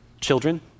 Children